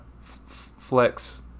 flex